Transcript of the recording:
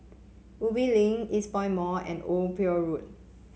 Ubi Link Eastpoint Mall and Old Pier Road